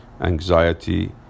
anxiety